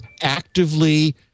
actively